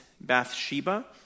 Bathsheba